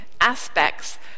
aspects